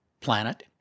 planet